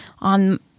on